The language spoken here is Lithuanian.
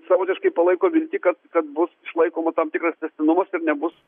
savotiškai palaiko viltį kad kad bus išlaikoma tam tikras tęstinumas ir nebus